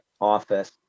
office